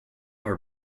her